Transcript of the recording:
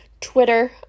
Twitter